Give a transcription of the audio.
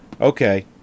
Okay